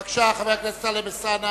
בבקשה, חבר הכנסת טלב אלסאנע.